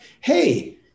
Hey